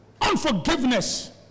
Unforgiveness